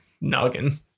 noggin